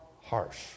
harsh